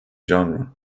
genre